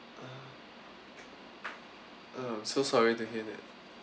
ah ah so sorry to hear that